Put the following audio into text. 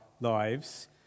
lives